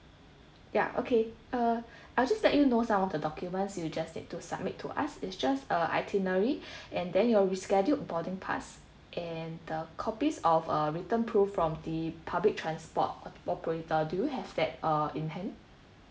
yup okay uh I'll just let you know some of the documents you just need to submit to us it's just a itinerary and then your rescheduled boarding pass and the copies of uh return proof from the public transport operator do have that uh in hand